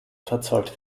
verzollt